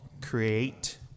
create